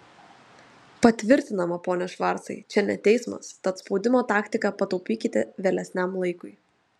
patvirtinama pone švarcai čia ne teismas tad spaudimo taktiką pataupykite vėlesniam laikui